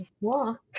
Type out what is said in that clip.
walk